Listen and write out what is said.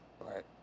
Right